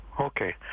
Okay